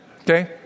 Okay